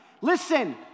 Listen